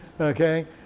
okay